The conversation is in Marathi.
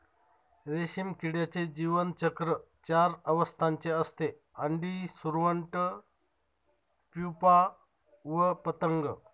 रेशीम किड्याचे जीवनचक्र चार अवस्थांचे असते, अंडी, सुरवंट, प्युपा व पतंग